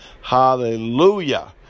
hallelujah